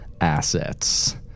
assets